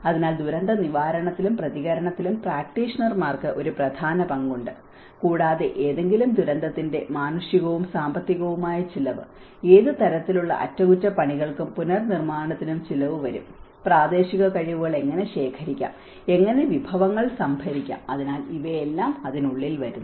അതിനാൽ ദുരന്ത നിവാരണത്തിലും പ്രതികരണത്തിലും പ്രാക്ടീഷണർമാർക്ക് ഒരു പ്രധാന പങ്കുണ്ട് കൂടാതെ ഏതെങ്കിലും ദുരന്തത്തിന്റെ മാനുഷികവും സാമ്പത്തികവുമായ ചിലവ് ഏത് തരത്തിലുള്ള അറ്റകുറ്റപ്പണികൾക്കും പുനർനിർമ്മാണത്തിനും ചിലവ് വരും പ്രാദേശിക കഴിവുകൾ എങ്ങനെ ശേഖരിക്കാം എങ്ങനെ വിഭവങ്ങൾ സംഭരിക്കാം അതിനാൽ ഇവയെല്ലാം അതിനുള്ളിൽ വരുന്നു